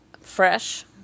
Fresh